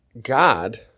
God